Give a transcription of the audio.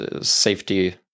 safety